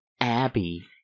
Abby